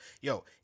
yo